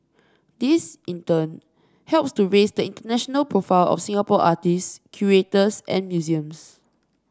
this in turn helps to raise the international profile of Singapore artists curators and museums